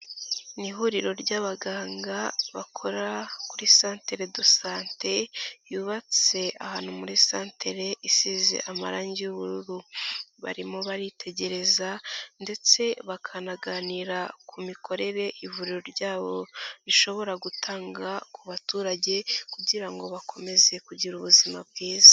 Ni ihuriro ry'abaganga bakora kuri centere de sante yubatse ahantu muri centere, isize amarangi y'ubururu, barimo baritegereza ndetse bakanaganira ku mikorere ivuriro ryabo rishobora gutanga ku baturage kugira ngo bakomeze kugira ubuzima bwiza.